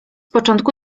początku